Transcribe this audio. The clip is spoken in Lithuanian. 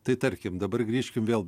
tai tarkim dabar grįžkim vėl